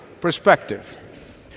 perspective